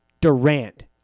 Durant